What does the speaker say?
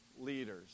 leaders